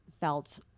felt